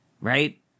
Right